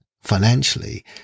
financially